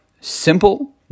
simple